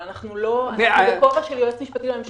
אבל אנחנו בכובע של היועץ המשפטי לממשלה.